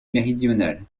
méridionale